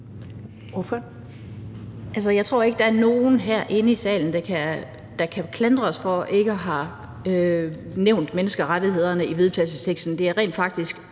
Jeg tror ikke, der er nogen herinde i salen, der kan klandre os for ikke at have nævnt menneskerettighederne i forslaget